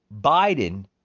Biden